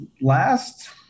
last